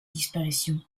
disparition